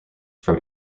from